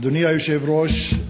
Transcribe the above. אדוני היושב-ראש,